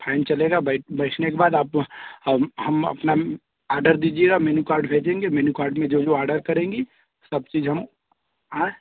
fan चलेगा बैठ बैठने के बाद और हम अपना ऑर्डर दीजिएगा मेनु कार्ड भेजे देंगे मेनु कार्ड में जो भी ऑर्डर करेंगी सब चीज़ हम आएँ